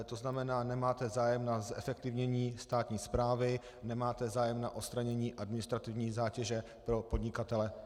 To znamená, nemáte zájem na zefektivnění státní správy, nemáte zájem na odstranění administrativní zátěže pro podnikatele.